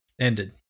ended